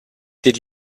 did